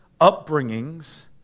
upbringings